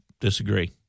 Disagree